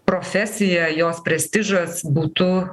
profesija jos prestižas būtų